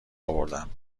اوردم